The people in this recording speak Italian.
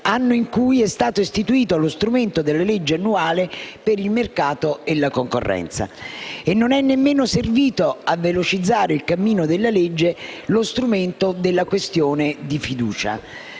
anno in cui è stato istituito lo strumento della legge annuale per il mercato e la concorrenza. E non è nemmeno servito a velocizzare il cammino della legge lo strumento della questione di fiducia,